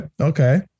Okay